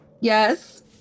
Yes